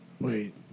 Wait